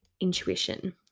intuition